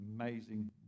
amazing